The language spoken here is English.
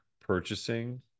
purchasing